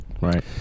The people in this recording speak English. Right